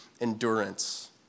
endurance